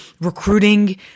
recruiting